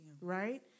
right